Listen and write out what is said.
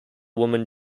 woman